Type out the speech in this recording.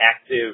active